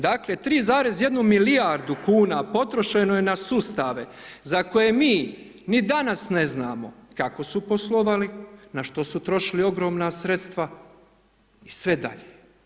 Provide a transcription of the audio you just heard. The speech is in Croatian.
Dakle, 3,1 milijardu kuna potrošeno je na sustave za koje mi ni danas ne znamo kako su poslovali, na što su trošili ogromna sredstva i sve dalje.